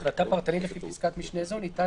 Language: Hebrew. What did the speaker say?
על החלטה פרטנית לפי פסקת משנה זו ניתן